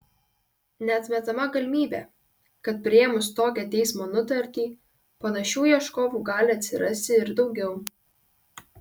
neatmetama galimybė kad priėmus tokią teismo nutartį panašių ieškovų gali atsirasti ir daugiau